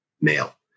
male